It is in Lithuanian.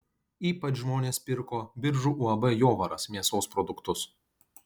ypač žmonės pirko biržų uab jovaras mėsos produktus